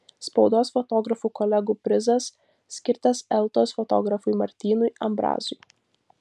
spaudos fotografų kolegų prizas skirtas eltos fotografui martynui ambrazui